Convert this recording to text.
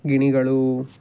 ಗಿಣಿಗಳು